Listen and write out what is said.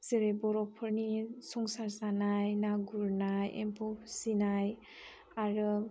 जेरै बर'फोरनि संसार जानाय ना गुरनाय एम्फौ फिसिनाय आरो